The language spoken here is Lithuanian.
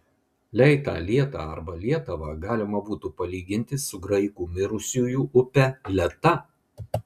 leitą lietą arba lietavą galima būtų palyginti su graikų mirusiųjų upe leta